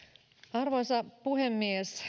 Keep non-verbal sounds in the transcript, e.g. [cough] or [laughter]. arvoisa puhemies [unintelligible]